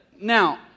Now